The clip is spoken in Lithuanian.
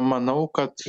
manau kad